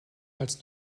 als